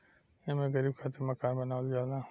एमे गरीब खातिर मकान बनावल जाला